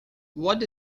what